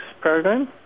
program